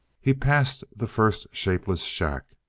he passed the first shapeless shack.